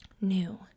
new